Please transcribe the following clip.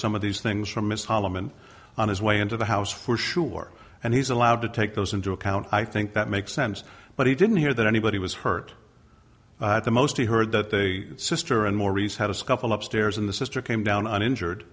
some of these things from mr holman on his way into the house for sure and he's allowed to take those into account i think that makes sense but he didn't hear that anybody was hurt the most he heard that they sister and maurice had a scuffle upstairs in the sister came down uninjured